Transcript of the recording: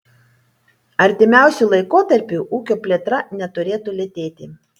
artimiausiu laikotarpiu ūkio plėtra neturėtų lėtėti